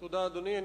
תודה, אדוני.